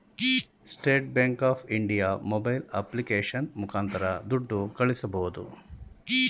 state Bank of India mobile application ಮುಖಾಂತರ ದುಡ್ಡು ಕಳಿಸಬೋದು